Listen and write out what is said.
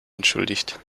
entschuldigt